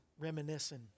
reminiscing